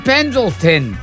Pendleton